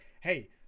hey